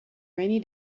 rainy